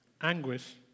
anguish